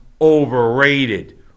overrated